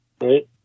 right